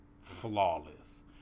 flawless